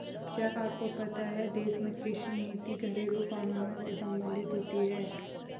क्या आपको पता है देश में कृषि नीति घरेलु कानूनों से सम्बंधित होती है?